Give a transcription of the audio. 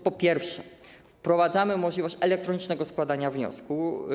Po pierwsze, wprowadzamy możliwość elektronicznego składania wniosku.